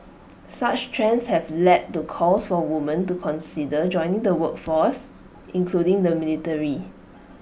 such trends have led to calls so women to consider joining the workforce including the military